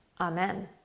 Amen